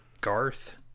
Garth